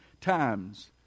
times